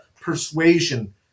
persuasion